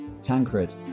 Tancred